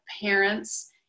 parents